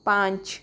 पाँच